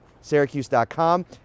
Syracuse.com